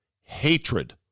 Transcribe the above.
hatred